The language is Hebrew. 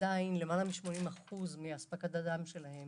ועדיין למעלה מ-80% מאספקת הדם שלהם